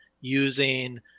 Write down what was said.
using